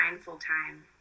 full-time